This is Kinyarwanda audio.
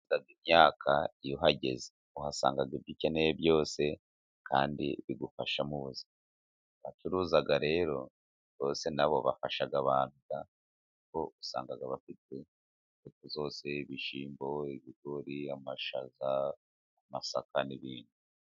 Ahacururizwa imyaka iyo uhageze, uhasanga ibyo ukeneye byose kandi bigufasha mu buzima. Abacuruza rero bose na bo bafasha abantu kuko usanga bafite intereko zose, ibishyimbo, ibigori, amashaza, amasaka n'ibindi.